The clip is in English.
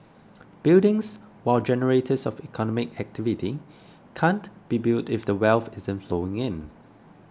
buildings while generators of economic activity can't be built if the wealth isn't flowing in